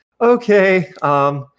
okay